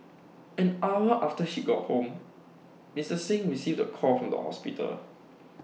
an hour after she got home Mister Singh received the call from the hospital